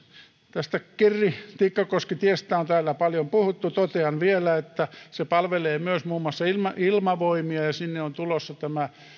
kirri tikkakoski tiestä on täällä paljon puhuttu totean vielä että se palvelee myös muun muassa ilmavoimia ja sinne on tulossa